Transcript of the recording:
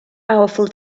powerful